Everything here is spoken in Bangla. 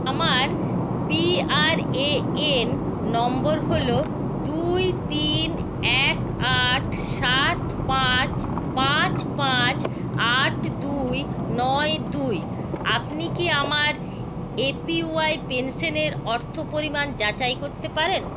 আমার P R A N number হল দুই তিন এক আট সাত পাঁচ পাঁচ আট দুই নয় দুই আপনি কি আমার এ পি ওয়াই পেনশনের অর্থপরিমাণ যাচাই করতে পারেন